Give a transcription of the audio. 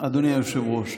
אדוני היושב-ראש,